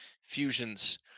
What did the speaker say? fusions